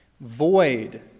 void